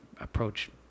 approach